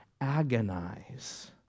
agonize